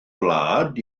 wlad